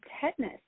tetanus